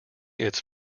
its